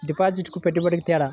డిపాజిట్కి పెట్టుబడికి తేడా?